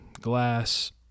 glass